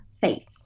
Faith